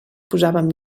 posàvem